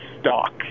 stock